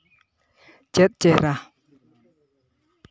ᱪᱮᱫ ᱪᱮᱦᱨᱟ